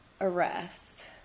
arrest